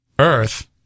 earth